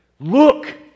look